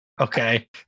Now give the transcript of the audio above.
Okay